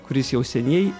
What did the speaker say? kuris jau seniai